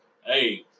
Hey